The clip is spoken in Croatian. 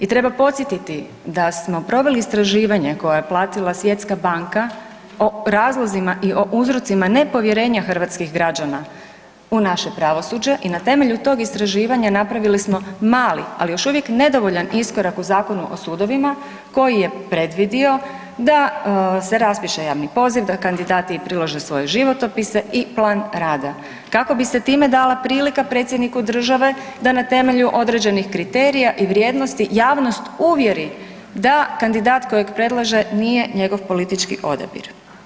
I treba podsjetiti da smo proveli istraživanje koje je platila Svjetska banka o razlozima i o uzrocima nepovjerenja hrvatskih građana u naše pravosuđe i na temelju tog istraživanja napravili smo mali, ali još uvijek nedovoljan iskorak u Zakonu o sudovima koji je predvidio da se raspiše javni poziv, da kandidati prilože svoje životopise i plan rada kako bi se time dala prilika Predsjedniku države da na temelju određenih kriterija i vrijednosti, javnost uvjeri da kandidat kojeg predlaže, nije njihov politički odabir.